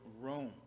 Rome